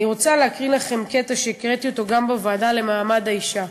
אני רוצה להקריא לכם קטע שהקראתי גם בוועדה למעמד האישה.